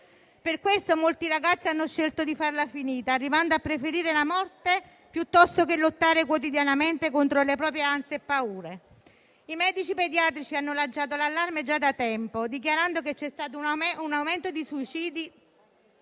Per questo molti ragazzi hanno scelto di farla finita, arrivando a preferire la morte piuttosto che lottare quotidianamente contro le proprie ansie e paure. I medici pediatrici hanno lanciato l'allarme già da tempo, dichiarando che c'è stato un aumento di suicidi